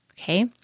Okay